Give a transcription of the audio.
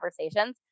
conversations